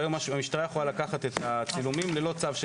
והיום המשטרה יכולה לקחת את הצילומים ללא צו.